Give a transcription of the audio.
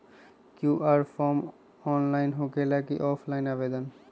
QR form online होकेला कि offline आवेदन?